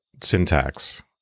syntax